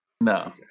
No